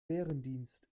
bärendienst